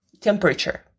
temperature